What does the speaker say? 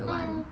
mm